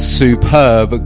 superb